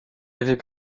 avait